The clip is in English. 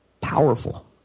powerful